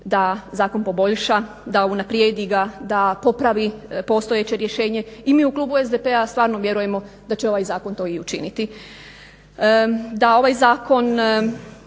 da zakon poboljša, da unaprijedi ga, da popravi postojeće rješenje. I mi u klubu SDP-a stvarno vjerujemo da će ovaj zakon to i učiniti,